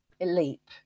leap